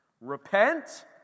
Repent